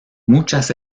muchas